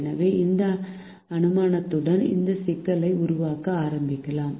எனவே இந்த அனுமானத்துடன் இந்த சிக்கலை உருவாக்க ஆரம்பிக்கலாம்